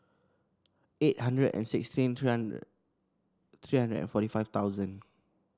eight hundred and sixteen three hundred and forty five thousand